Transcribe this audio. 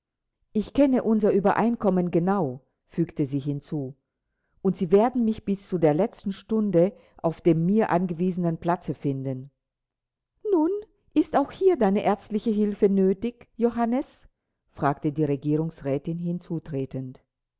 ich kenne unser uebereinkommen genau fügte sie hinzu und sie werden mich bis zu der letzten stunde auf dem mir angewiesenen platze finden nun ist auch hier deine ärztliche hilfe nötig johannes fragte die regierungsrätin hinzutretend